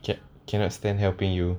cat cannot stand helping you